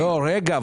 רגע,